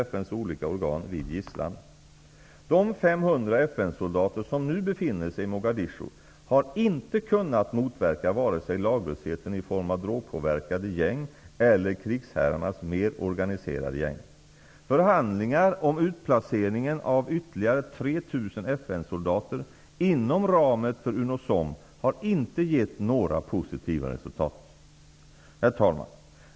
FN:s olika organ, vid gisslan. De 500 FN-soldater som nu befinner sig i Mogadishu har inte kunnat motverka vare sig laglösheten i form av drogpåverkade gäng eller krigsherrarnas mer organiserade gäng. 3 000 FN-soldater inom ramen för UNOSOM har inte gett några positiva resultat. Herr talman!